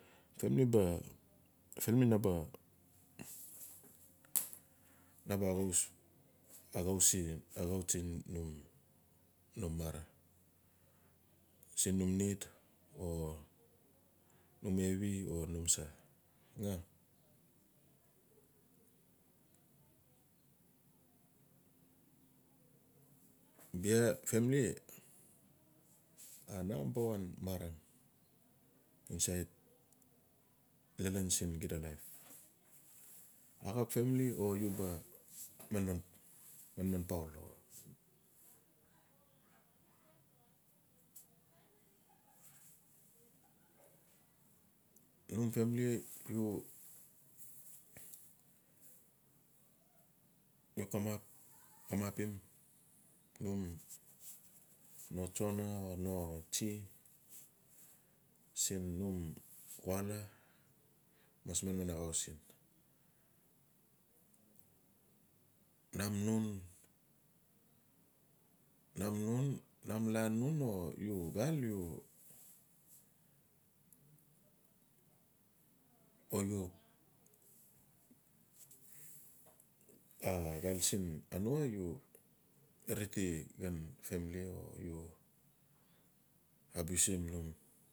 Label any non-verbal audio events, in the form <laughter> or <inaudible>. Famili ba, famili na ba axau tsi, num mara siin nhum need o num hevi o num sa nga. bia famili o namba wan marang insait lalan xida life. Axap famili o u ba manman poul o. Num famili u wok kamap kamapim num no tso, o no tsu siin num kwala mas manman axau siin, nam nun, num ia nun o u xal o u <hesitation> xal lan anua u riti xan famili o u abusim no.